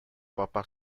papá